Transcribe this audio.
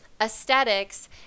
aesthetics